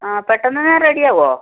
ആ പെട്ടന്നുതന്നെ റെഡി ആവുമോ